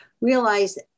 realize